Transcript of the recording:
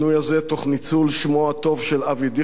תוך ניצול שמו הטוב של אבי דיכטר,